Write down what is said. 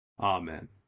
amen